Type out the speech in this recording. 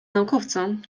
naukowcom